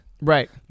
Right